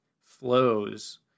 flows